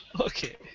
okay